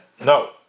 no